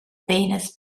baynes